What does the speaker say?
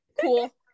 Cool